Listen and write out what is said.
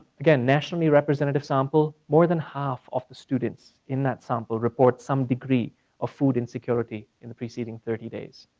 again, nationally representative sample, more than half of the students in that sample report some degree of food insecurity in the preceding thirty days.